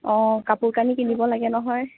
অঁ কাপোৰ কানি কিনিব লাগে নহয়